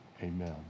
amen